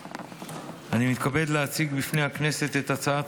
אני מתכבד להציג בפני הכנסת את הצעת